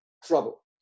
trouble